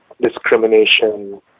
discrimination